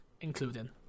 including